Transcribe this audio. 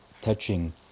touching